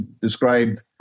described